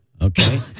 Okay